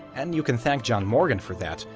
and you can thank john morgan for that,